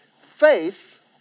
faith